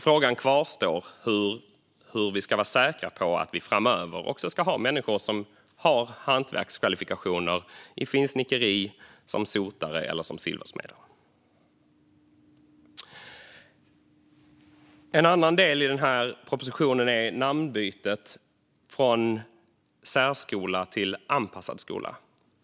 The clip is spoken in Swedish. Frågan kvarstår: Hur ska vi vara säkra på att vi också framöver har människor som har hantverkskvalifikationer i finsnickeri, som sotare eller som silversmed? En annan del i denna proposition är namnbytet från särskola till anpassad skola.